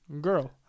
girl